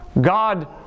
God